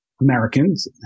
Americans